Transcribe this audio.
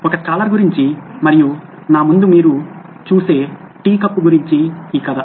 ఒక స్కాలర్ గురించి మరియు నా ముందు మీరు చూసే టీ కప్పు గురించి కథ